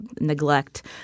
neglect